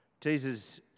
Jesus